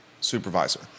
supervisor